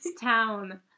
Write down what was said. town